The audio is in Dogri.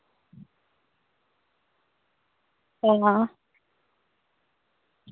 आं